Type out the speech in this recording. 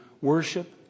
worship